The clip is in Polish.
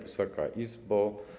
Wysoka Izbo!